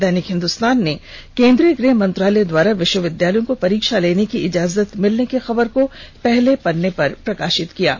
दैनिक हिन्दुस्तान ने केन्द्रीय गृह मंत्रालय द्वारा विष्वविधालयों को परीक्षा लेने की इजाजत मिलने की खबर को पहले पन्ने पर प्रकाषित किया है